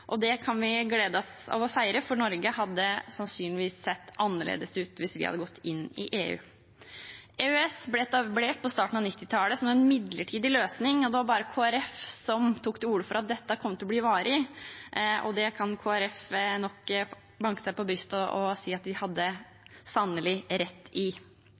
og det kan vi glede oss over å feire, for Norge hadde sannsynligvis sett annerledes ut hvis vi hadde gått inn i EU. EØS ble etablert på starten av 1990-tallet som en midlertidig løsning. Det var bare Kristelig Folkeparti som tok til orde for at dette kom til å bli varig, og de kan banke seg på brystet og si at det hadde de sannelig rett i.